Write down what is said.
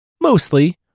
Mostly